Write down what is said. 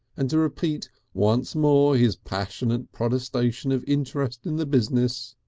and to repeat once more his passionate protestation of interest in the business,